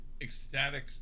ecstatic